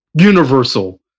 universal